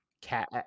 Cat